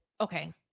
Okay